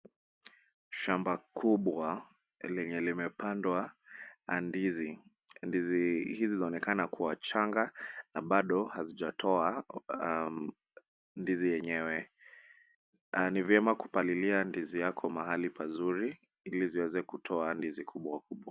Shamba kubwa lenye limepandwa ndizi. Ndizi hizi zinaonekana kuwa changa na bado hazijatoa ndizi yenyewe. Ni vyema kupalilia ndizi yako pahali pazuri ili ziweze kutoa ndizi kubwa.